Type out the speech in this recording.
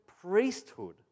priesthood